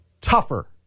tougher